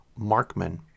Markman